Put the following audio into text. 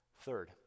Third